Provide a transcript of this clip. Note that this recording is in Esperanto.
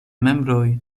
membroj